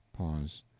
pause.